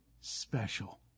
Special